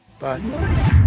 Bye